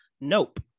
Nope